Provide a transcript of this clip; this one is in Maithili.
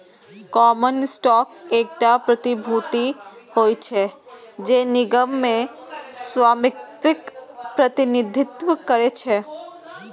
कॉमन स्टॉक एकटा प्रतिभूति होइ छै, जे निगम मे स्वामित्वक प्रतिनिधित्व करै छै